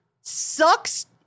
sucks